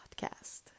podcast